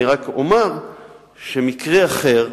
אני רק אומר שבמקרה אחר,